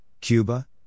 Cuba